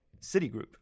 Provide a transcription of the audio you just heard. Citigroup